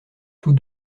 tous